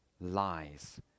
lies